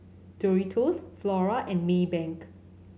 Doritos Flora and Maybank